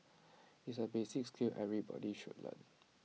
it's A basic skill everybody should learn